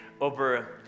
over